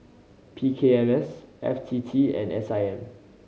P K M S F T T and S I M